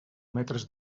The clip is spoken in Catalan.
metres